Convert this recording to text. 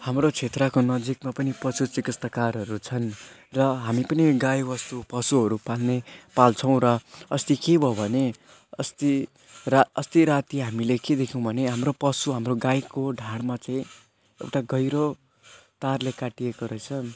हाम्रो क्षेत्रको नजिकमा पनि पशु चिकित्सकारहरू छन् र हामी पनि गाई बस्तु पशुहरू पाल्ने पाल्छौँ र अस्ति के भयो भने अस्ति रा अस्ति राति हामीले के देख्यौँ भने हाम्रो पशु हाम्रो गाईको ढाडमा चाहिँ एउटा गहिरो तारले काटिएको रहेछ